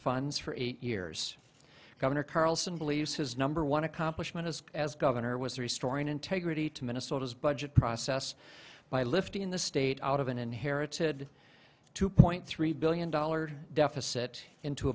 funds for eight years governor carlson believes his number one accomplishment as as governor was restoring integrity to minnesota's budget process by lifting the state out of an inherited two point three billion dollars deficit into